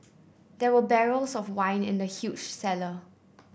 there were barrels of wine in the huge cellar